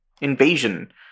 invasion